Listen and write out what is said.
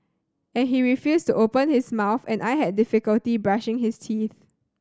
and he refused to open his mouth and I had difficulty brushing his teeth